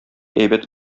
әйбәт